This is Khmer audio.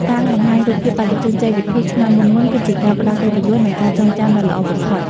តាំងបង្ហាញរូបថតបេក្ខជនជ័យលាភីឆ្នាំមុនៗគឺជាការផ្ដល់កិត្តិយស និង ការចងចាំដ៏ល្អបំផុត។